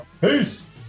Peace